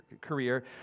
career